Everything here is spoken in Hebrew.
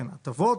כן, ההטבות